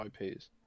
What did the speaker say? IPs